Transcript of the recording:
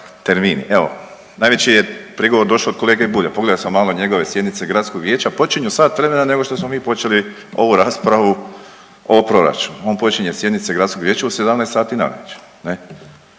termini evo. Najveći prigovor je došao od kolege Bulja, pogledao sam malo njegove sjednice gradskog vijeća počinju sat vremena nego što smo mi počeli ovu raspravu o proračunu, on počinje sjednice gradskog vijeća u 17,00 sati navečer